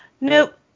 Nope